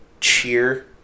Cheer